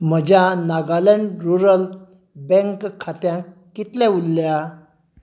म्हज्या Nagaland rural bank खात्यांत कितले उरल्या